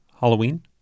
Halloween